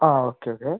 ആ okay okay